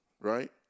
right